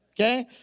okay